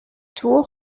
tour